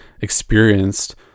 experienced